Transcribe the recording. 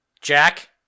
Jack